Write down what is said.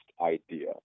idea